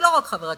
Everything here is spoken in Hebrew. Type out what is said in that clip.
ולא רק חבר הכנסת,